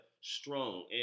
strong